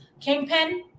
Kingpin